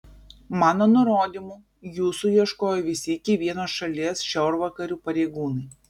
mano nurodymu jūsų ieškojo visi iki vieno šalies šiaurvakarių pareigūnai